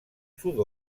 sud